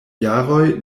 jaroj